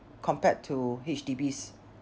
compared to H_D_B's